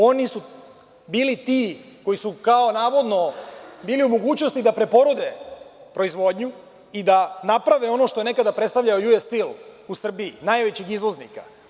Oni su bili ti koji su, kao, navodno, bili u mogućnosti da preporode proizvodnju i da naprave ono što je nekada predstavljao „Ju-es Stil“ u Srbiji, najvećeg izvoznika.